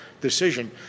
decision